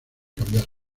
cambiar